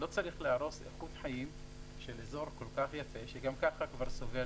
לא צריך להרוס איכות חיים של אזור כל כך יפה שגם כך כבר סובל